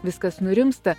viskas nurimsta